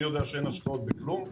אני יודע שאין השקעות בכלום.